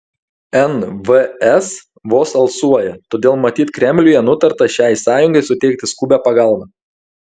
nvs vos alsuoja todėl matyt kremliuje nutarta šiai sąjungai suteikti skubią pagalbą